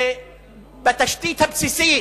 בתשתית הבסיסית,